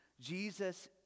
Jesus